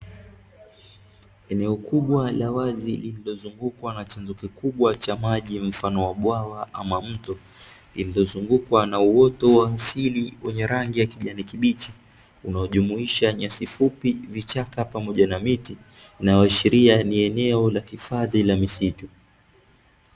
Eneo kubwa la wazi liliozungukwa na chanzo kikubwa cha maji mfano wa bwawa ama mto, iliyozungukwa na uoto wa asili wenye rangi ya kijani kibichi, unaojumuisha nyasi fupi, vichaka pamoja na miti, inayoashiria ni eneo la hifadhi ya misitu.